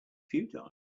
futile